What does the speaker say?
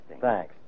Thanks